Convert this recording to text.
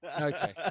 Okay